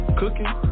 cooking